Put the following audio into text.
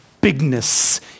bigness